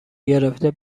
گرفته